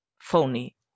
phony